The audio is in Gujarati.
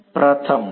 વિદ્યાર્થી પ્રથમ